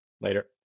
later